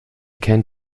kennt